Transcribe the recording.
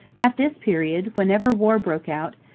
at this period, whenever war broke out,